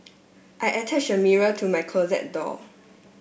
I attach a mirror to my closet door